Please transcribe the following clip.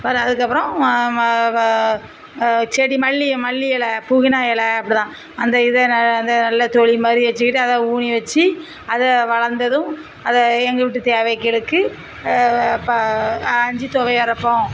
அப்புறம் அதுக்கப்புறோம் ம ம ம செடி மல்லி மல்லி எலை புதினா எலை இப்படி தான் அந்த இதை ந அந்த நல்லா தொலிமாதிரி வச்சுக்கிட்டு அத ஊனி வச்சு அது வளர்ந்ததும் அதை எங்கள் வீட்டு தேவைக்கு இருக்குது ப ஆய்ஞ்சி தொவையல் அரைப்போம்